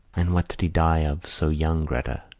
and what did he die of so young, gretta?